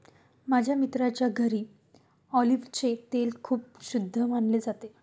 माझ्या मित्राच्या घरी ऑलिव्हचे तेल खूप शुद्ध मानले जाते